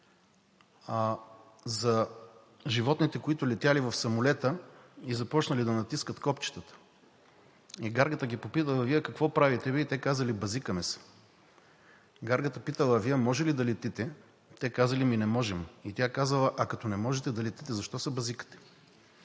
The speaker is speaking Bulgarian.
за животните, които летели в самолета и започнали да натискат копчетата. Гаргата ги попитала: „Вие какво правите, бе?“ И те казали: „Бъзикаме се.“ Гаргата питала: „А Вие може ли да летите?“ Те казали: „Ами не можем.“ И тя казала: „А като не можете да летите, защо се бъзикате?“